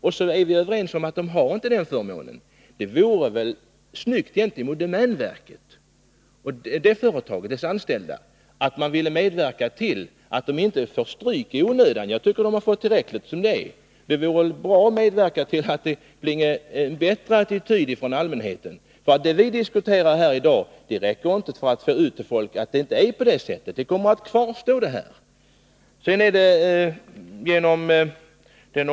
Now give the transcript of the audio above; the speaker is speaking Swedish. Vi är ju nu överens om att domänverket faktiskt inte har den här förmånen. Är det då inte befogat att medverka till att domänverket och dess anställda inte får ta stryk i onödan? Jag tycker att de har fått tillräckligt. Det vore väl bra om det hos allmänheten skapades en bättre attityd gentemot domänverket. Att vi diskuterar frågan här i dag är inte tillräckligt för att allmänheten skall få klart för sig hur det förhåller sig. Missuppfattningarna kommer att kvarstå.